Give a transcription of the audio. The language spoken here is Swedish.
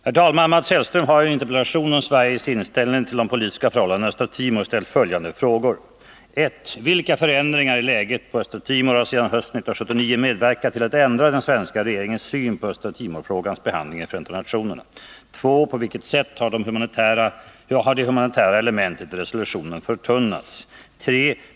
Herr talman! Mats Hellström har i en interpellation om Sveriges inställning till de politiska förhållandena i Östra Timor ställt följande frågor: 1. Vilka förändringar i läget på Östra Timor har sedan hösten 1979 medverkat till att ändra den svenska regeringens syn på Östra Timor-frågans behandling i FN? 2. På vilket sätt har det humanitära elementet i resolutionen ”förtunnats”? 3.